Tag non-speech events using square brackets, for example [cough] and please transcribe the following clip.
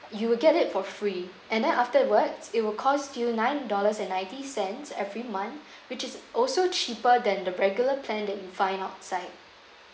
you will get it for free and then afterwards it will cost you nine dollars and ninety cents every month [breath] which is also cheaper than the regular plan that you find outside